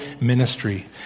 ministry